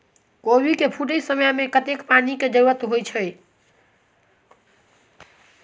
कोबी केँ फूटे समय मे कतेक पानि केँ जरूरत होइ छै?